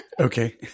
okay